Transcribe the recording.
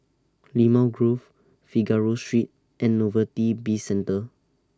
Limau Grove Figaro Street and Novelty Bizcentre